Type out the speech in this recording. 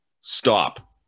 stop